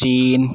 چین